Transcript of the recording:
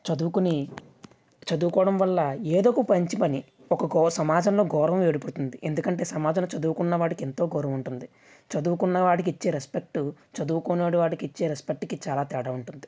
చదువుకుని చదువుకోవడం వల్ల ఏదో ఒక మంచి పని ఒకకోసమాజంలో గౌరవం ఏర్పడుతుంది ఎందుకంటే సమాజం చదువుకున్న వాడికి ఎంతో గౌరవం ఉంటుంది చదువుకున్న వాడికి ఇచ్చే రెస్పెక్ట్ చదువుకోని వాడికి ఇచ్చే రెస్పెక్ట్ చాలా తేడా ఉంటుంది